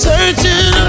Searching